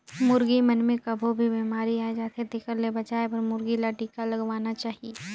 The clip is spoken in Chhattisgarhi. मुरगी मन मे कभों भी बेमारी आय जाथे तेखर ले बचाये बर मुरगी ल टिका लगवाना चाही